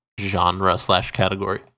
genre-slash-category